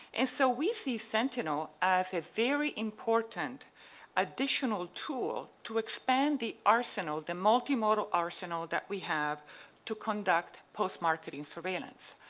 and so we see sentinel as a very important additional tool to expand the arsenal, the multi-modal arsenal, that we have to conduct post-marketing surveillance.